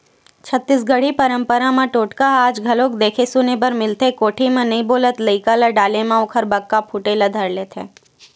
छत्तीसगढ़ी पंरपरा म टोटका ह आज घलोक देखे सुने बर मिलथे कोठी म नइ बोलत लइका ल डाले म ओखर बक्का फूटे बर धर लेथे